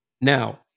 Now